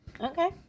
Okay